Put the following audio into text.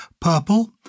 purple